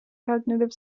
cognitive